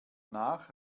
nach